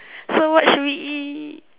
so what should we eat